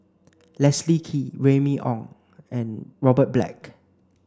Leslie Kee Remy Ong and Robert Black